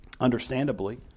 Understandably